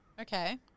Okay